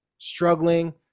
struggling